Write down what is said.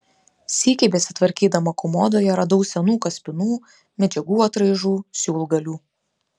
sykį besitvarkydama komodoje radau senų kaspinų medžiagų atraižų siūlgalių